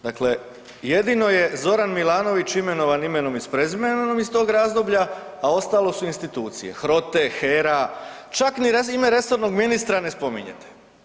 Dakle, jedino je Zoran Milanović imenovan imenom i prezimenom iz tog razdoblja, a ostalo su institucije HROTE, HER-a, čak ni ime resornog ministra ne spominjete.